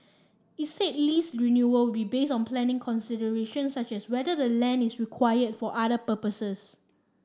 it said lease renewal will be based on planning considerations such as whether the land is required for other purposes